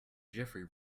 jeffery